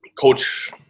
coach